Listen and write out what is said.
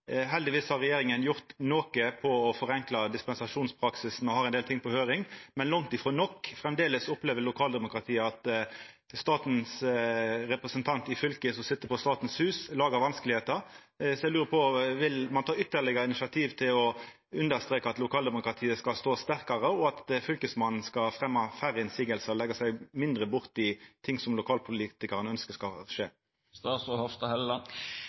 Heldigvis har regjeringa gjort noko for å forenkla dispensasjonspraksisen, og me har ein del ting på høyring – men langt frå nok. Framleis opplever lokaldemokratiet at staten sin representant i fylket som sit på Statens hus, lagar vanskar. Eg lurer på: Vil ein ta ytterlegare initiativ for å streka under at lokaldemokratiet skal stå sterkare, og at Fylkesmannen skal fremja færre innseiingar og leggja seg mindre borti ting som lokalpolitikarane ønskjer skal